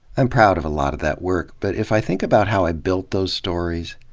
i'm proud of a lot of that work, but if i think about how i built those stories,